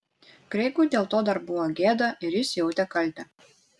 kreigui dėl to dar buvo gėda ir jis jautė kaltę